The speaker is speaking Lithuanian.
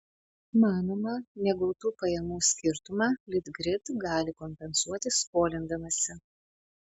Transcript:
manoma negautų pajamų skirtumą litgrid gali kompensuoti skolindamasi